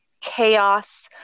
chaos